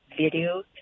video